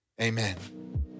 amen